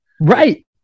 Right